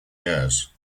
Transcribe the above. years